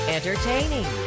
Entertaining